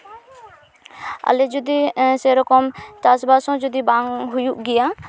ᱟᱞᱮ ᱡᱩᱫᱤ ᱥᱮᱨᱚᱠᱚᱢ ᱪᱟᱥᱼᱵᱟᱥ ᱦᱚᱸ ᱡᱩᱫᱤ ᱵᱟᱝ ᱦᱩᱭᱩᱜ ᱜᱮᱭᱟ